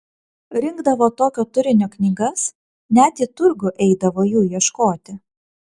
rinkdavo tokio turinio knygas net į turgų eidavo jų ieškoti